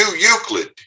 Euclid